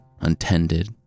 untended